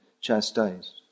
chastised